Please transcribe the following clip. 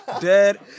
Dead